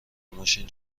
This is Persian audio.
ماشین